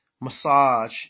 massage